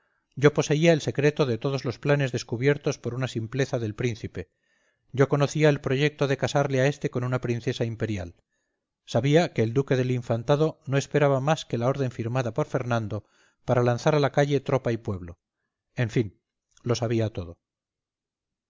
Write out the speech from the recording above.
yo poseía el secreto de todos los planes descubiertos por una simpleza del príncipe yo conocía el proyecto de casarle a éste con una princesa imperial sabía que el duque del infantado no esperaba más que la orden firmada por fernando para lanzar a la calle tropa y pueblo en fin lo sabía todo